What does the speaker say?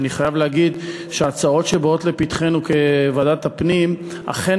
אני חייב להגיד שההצעות שבאות לפתחנו בוועדת הפנים אכן